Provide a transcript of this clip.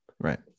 Right